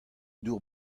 dour